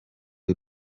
y’u